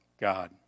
God